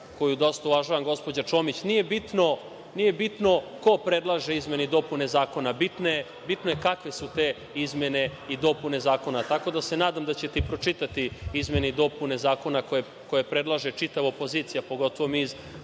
koju dosta uvažavam, gospođa Čomić, nije bitno ko predlaže izmene i dopune zakona, bitno je kakve su te izmene i dopune zakona, tako da se nadam da ćete pročitati izmene i dopune zakona koje predlaže čitava opozicija, pogotovo mi